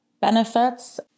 benefits